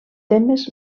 temes